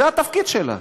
זה התפקיד שלה.